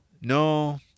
No